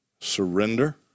Surrender